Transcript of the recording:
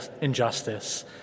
injustice